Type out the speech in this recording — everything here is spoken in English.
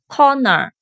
Corner